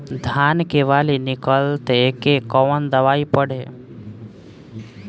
धान के बाली निकलते के कवन दवाई पढ़े?